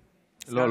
לא,